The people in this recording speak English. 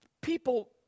people